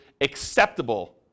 acceptable